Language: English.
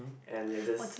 and you're just